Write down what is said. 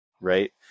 right